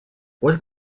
what